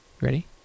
ready